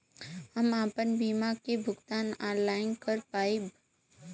हम आपन बीमा क भुगतान ऑनलाइन कर पाईब?